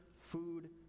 food